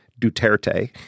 Duterte